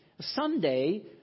Someday